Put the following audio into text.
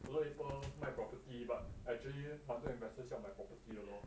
don't know later 卖 property but actually partner investors 要 property 的 lor